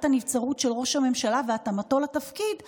הנבצרות של ראש הממשלה והתאמתו לתפקיד מראש,